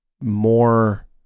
more